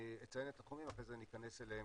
אני אציין את התחומים ואחרי זה ניכנס אליהם.